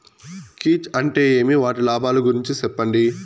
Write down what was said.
కీచ్ అంటే ఏమి? వాటి లాభాలు గురించి సెప్పండి?